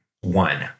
One